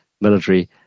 military